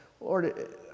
Lord